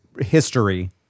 history